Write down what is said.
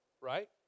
right